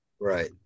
Right